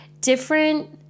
different